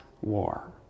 war